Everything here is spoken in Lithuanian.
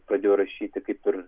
jis pradėjo rašyti kaip ir